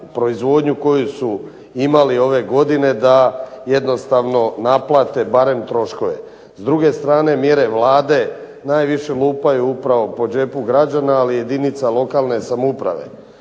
proizvodnju koju su imali ove godine, da jednostavno naplate barem troškove. S druge strane mjere Vlade najviše lupaju upravo po džepu građana, ali i jedinica lokalne samouprave,